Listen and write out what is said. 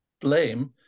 blame